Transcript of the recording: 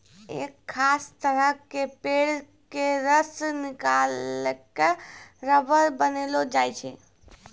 एक खास तरह के पेड़ के रस निकालिकॅ रबर बनैलो जाय छै